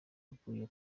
aguye